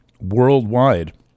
Worldwide